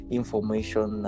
information